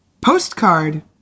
Postcard